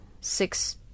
six